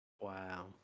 Wow